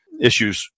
issues